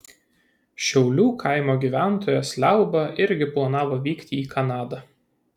šiulių kaimo gyventojas liauba irgi planavo vykti į kanadą